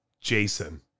Jason